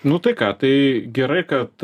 nu tai ką tai gerai kad